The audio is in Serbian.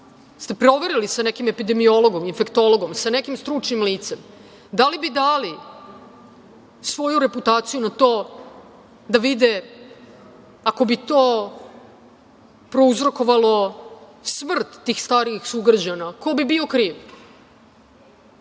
li proverili sa nekim epidemiologom, infektologom, sa nekim stručnim licem da li bi dali svoju reputaciju na to da vide, ako bi to prouzrokovalo smrt tih starijih sugrađana, ko bi bio kriv?